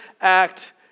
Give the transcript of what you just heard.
act